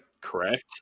Correct